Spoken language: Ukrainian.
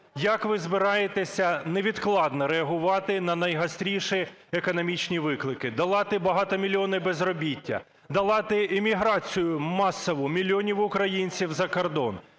Як ви збираєтеся невідкладно реагувати на найгостріші економічні виклики, долати багатомільйонне безробіття, долати еміграцію масову мільйонів українців за кордон,